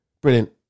brilliant